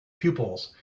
pupils